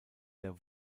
der